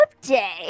day